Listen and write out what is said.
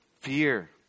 Fear